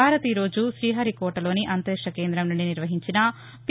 భారత్ ఈ రోజు శ్రీహరి కోటలోని అంతరిక్ష కేందం నుండి నిర్వహించిన పి